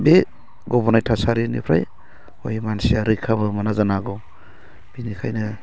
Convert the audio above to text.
बे गबनाय थासारिनिफ्राय हय मानसिया रैखाबो मोना जानो हागौ बेनिखायनो